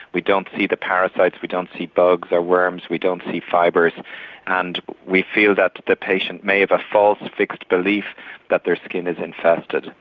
we don't see the parasites, we don't see bugs or worms, we don't see fibres and we feel that the patient may have a false fixed belief that their skin is infested.